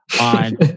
on